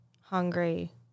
hungry